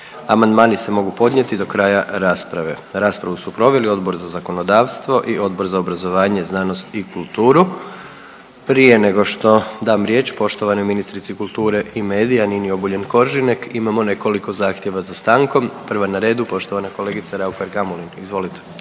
Amandmani se mogu podnijeti do kraja rasprave. Raspravu su proveli Odbor za zakonodavstvo i Odbor za obrazovanje, znanost i kulturu. Prije nego što dam riječ poštovanoj ministrici kulture i medija Nini Obuljen Koržinek imamo nekoliko zahtjeva za stankom. Prva je na redu poštovana kolegica Raukar Gamulin. Izvolite.